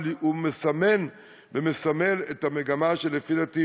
אבל הוא מסמן ומסמל את המגמה שלפי דעתי